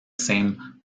same